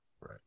Right